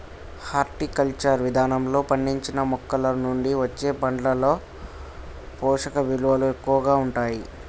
horticulture విధానంలో పండించిన మొక్కలనుండి వచ్చే పండ్లలో పోషకవిలువలు ఎక్కువగా ఉంటాయి